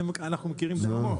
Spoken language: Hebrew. אני מכיר אותם.